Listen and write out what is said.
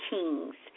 Kings